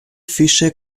fische